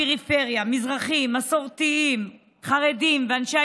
מהפריפריה, מזרחים, מסורתיים, חרדים ואנשי